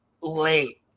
Late